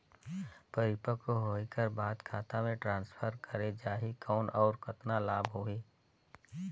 परिपक्व होय कर बाद खाता मे ट्रांसफर करे जा ही कौन और कतना लाभ होही?